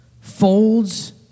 folds